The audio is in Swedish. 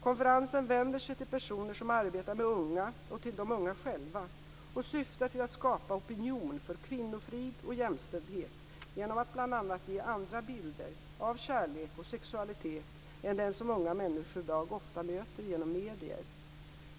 Konferensen vänder sig till personer som arbetar med unga och till de unga själva och syftar till att skapa opinion för kvinnofrid och jämställdhet genom att bl.a. ge andra bilder av kärlek och sexualitet än den som unga människor i dag ofta möter genom medier.